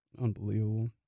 Unbelievable